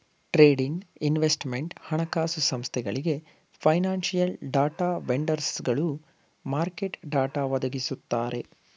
trading, investment, ಹಣಕಾಸು ಸಂಸ್ಥೆಗಳಿಗೆ, financial data ವೆಂಡರ್ಸ್ಗಳು ಮಾರ್ಕೆಟ್ ಡಾಟಾ ಒದಗಿಸುತ್ತಾರೆ